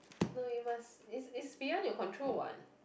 no you must it's it's beyond your control what